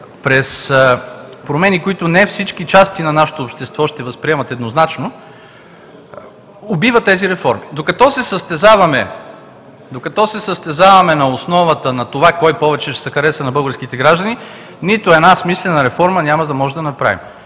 през промени, които не всички части на нашето общество ще възприемат еднозначно, убива тези реформи. Докато се състезаваме на основата на това кой повече ще се хареса на българските граждани, нито една смислена реформа няма да можем да направим.